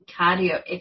cardio